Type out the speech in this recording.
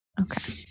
Okay